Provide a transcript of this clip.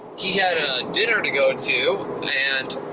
he had a dinner to go to, and